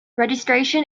registration